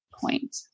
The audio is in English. point